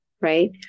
right